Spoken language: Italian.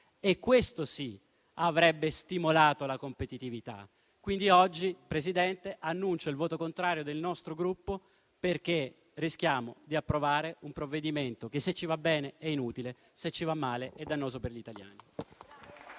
Questo, sì, avrebbe stimolato la competitività. Quindi, signor Presidente, annuncio il voto contrario del nostro Gruppo, perché rischiamo di approvare un provvedimento che, se ci va bene, è inutile e, se ci va male, è dannoso per gli italiani.